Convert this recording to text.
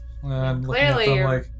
Clearly